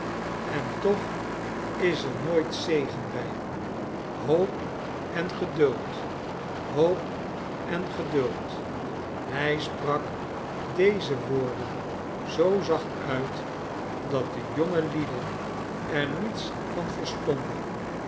en toch is er nooit zegen bij hoop en geduld hoop en geduld hij sprak deze woorden zoo zacht uit dat de jonge lieden er niets van verstonden